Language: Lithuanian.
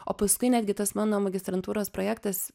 o paskui netgi tas mano magistrantūros projektas